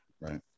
right